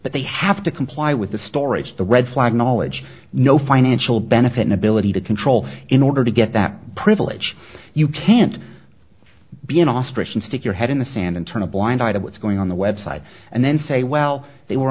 that they have to comply with the storage the red flag knowledge no financial benefit an ability to control in order to get that privilege you can't be an ostrich and stick your head in the sand and turn a blind eye to what's going on the website and then say well they were